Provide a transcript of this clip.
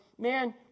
Man